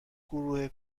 گروه